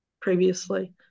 previously